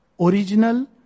original